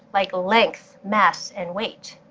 like length, mass and weight.